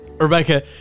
Rebecca